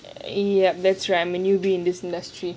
ya that's right I'm a newbie in this industry